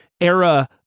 era